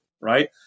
right